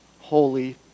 holy